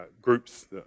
groups